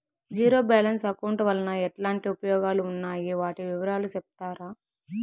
Zero balance account వలన ఎట్లాంటి ఉపయోగాలు ఉన్నాయి? వాటి వివరాలు సెప్తారా?